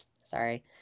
Sorry